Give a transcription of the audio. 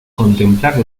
contemplar